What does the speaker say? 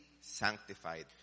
sanctified